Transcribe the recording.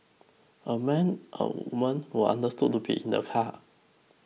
a man a woman were understood to be in the car